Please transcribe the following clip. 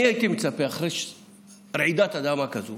אני הייתי מצפה שאחרי רעידת אדמה כזאת